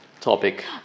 topic